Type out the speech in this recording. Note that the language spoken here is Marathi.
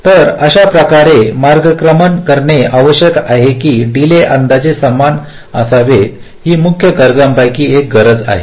तर अशा प्रकारे मार्गक्रमण करणे आवश्यक आहे की डीले अंदाजे समान असावेत ही मुख्य गरजांपैकी एक आहे